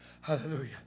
Hallelujah